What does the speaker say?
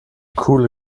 coole